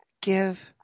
give